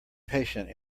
patient